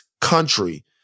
country